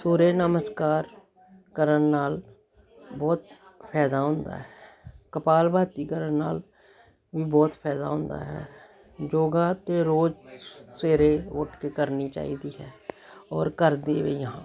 ਸੂਰਜ ਨਮਸਕਾਰ ਕਰਨ ਨਾਲ ਬਹੁਤ ਫਾਇਦਾ ਹੁੰਦਾ ਹੈ ਕਪਾਲਭਾਤੀ ਕਰਨ ਨਾਲ ਬਹੁਤ ਫਾਇਦਾ ਹੁੰਦਾ ਹੈ ਯੋਗਾ ਤਾਂ ਰੋਜ਼ ਸਵੇਰੇ ਉੱਠ ਕੇ ਕਰਨੀ ਚਾਹੀਦੀ ਹੈ ਔਰ ਕਰਦੀ ਵੀ ਹਾਂ